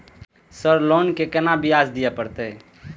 Sir loan के केना ब्याज दीये परतें?